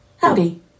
Howdy